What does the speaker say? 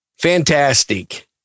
Fantastic